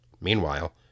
Meanwhile